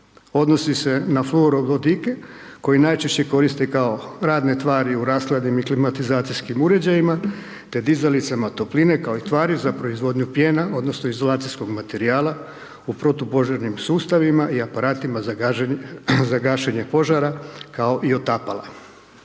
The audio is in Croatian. odnosi se na florovodike koji najčešće koriste kao radne tvari u rashladnim i klimatizacijskim uređajima, te dizalicama topline kao i tvari za proizvodnju pjena odnosno izolacijskog materijala u protupožarnim sustavima i aparatima za gašenje požara, kao i otapala.